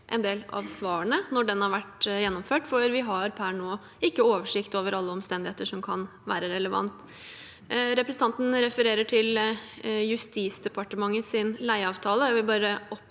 en del av svarene når den har vært gjennomført, for vi har per nå ikke oversikt over alle omstendigheter som kan være relevante. Representanten refererer til Justis- og beredskapsdepartementets leieavtale.